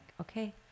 okay